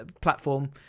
platform